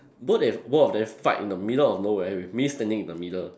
both they both of them fight in the middle of nowhere with me standing in the middle